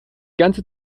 ganze